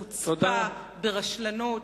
בחוצפה, ברשלנות.